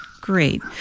Great